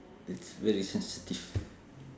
it's very sensitive